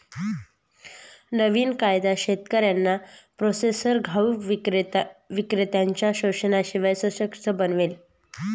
नवीन कायदा शेतकऱ्यांना प्रोसेसर घाऊक विक्रेत्त्यांनच्या शोषणाशिवाय सशक्त बनवेल